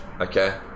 Okay